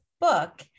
book